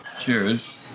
Cheers